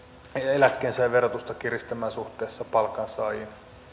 eläkkeensaajien verotusta kiristämään suhteessa palkansaajiin